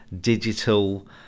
digital